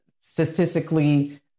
statistically